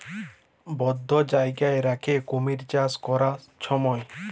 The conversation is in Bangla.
বধ্য জায়গায় রাখ্যে কুমির চাষ ক্যরার স্যময়